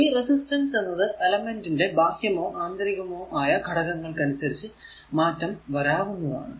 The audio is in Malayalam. ഈ റെസിസ്റ്റൻസ് എന്നത് എലമെന്റ് ന്റെ ബാഹ്യമോ ആന്തരികമോ ആയ ഘടകങ്ങൾക്കനുസരിച്ചു മാറ്റം വരാവുന്നതാണ്